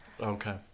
Okay